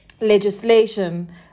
legislation